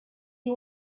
you